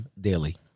Daily